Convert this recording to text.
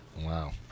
Wow